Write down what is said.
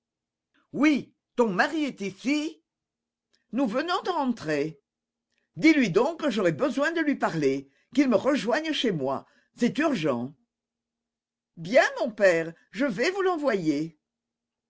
oui ton mari est ici nous venons de rentrer dis-lui donc que j'aurais besoin de lui parler qu'il me rejoigne chez moi c'est urgent bien mon père je vais vous l'envoyer